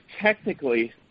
technically